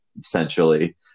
essentially